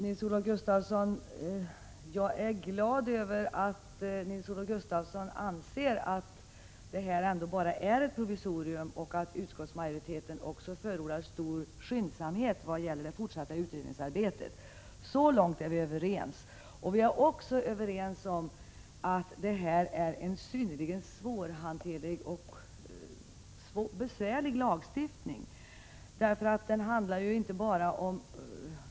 Herr talman! Jag är glad över att Nils-Olof Gustafsson anser att detta bara är ett provisorium och att utskottsmajoriteten också förordar stor skyndsamhet med det fortsatta utredningsarbetet. Så långt är vi överens. Vi är också överens om att detta är en synnerligen svårhanterlig lagstiftning därför att så många områden berörs.